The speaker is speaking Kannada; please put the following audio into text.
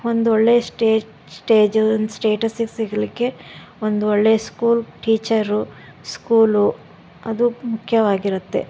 ಒಂದೊಳ್ಳೆಯ ಸ್ಟೇಜ್ ಸ್ಟೇಜು ಒಂದು ಸ್ಟೇಟಸ್ಸು ಸಿಗಲಿಕ್ಕೆ ಒಂದೊಳ್ಳೆ ಸ್ಕೂಲ್ ಟೀಚರು ಸ್ಕೂಲು ಅದು ಮುಖ್ಯವಾಗಿರತ್ತೆ